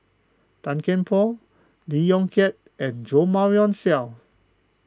Tan Kian Por Lee Yong Kiat and Jo Marion Seow